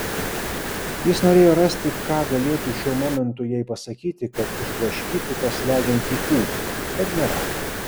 jis norėjo rasti ką galėtų šiuo momentu jai pasakyti kad išblaškytų tą slegiantį ūpą bet nerado